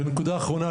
נקודה אחרונה.